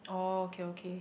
oh okay okay